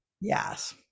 Yes